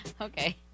Okay